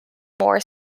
more